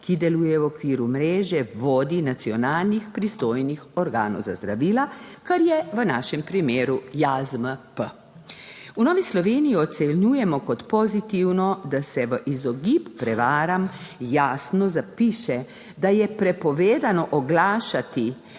ki deluje v okviru mreže vodij nacionalnih pristojnih organov za zdravila, kar je v našem primeru JAZMP. V Novi Sloveniji ocenjujemo kot pozitivno. Da se v izogib prevaram jasno zapiše, da je prepovedano oglašati